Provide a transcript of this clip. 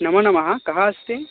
नमो नमः कः अस्ति